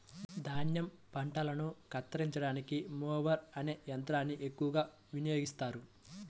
ధాన్యం పంటలను కత్తిరించడానికి మొవర్ అనే యంత్రాన్ని ఎక్కువగా వినియోగిస్తారు